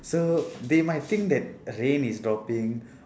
so they might think that rain is dropping